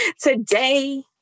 Today